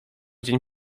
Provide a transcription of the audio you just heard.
dzień